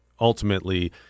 ultimately